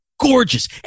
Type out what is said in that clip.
gorgeous